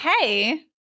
Hey